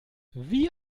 wie